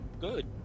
Good